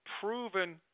proven